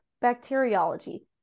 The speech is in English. bacteriology